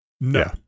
no